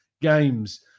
games